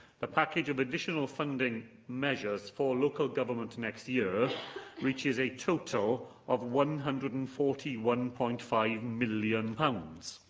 the package of additional funding measures for local government next year reaches a total of one hundred and forty one point five million pounds.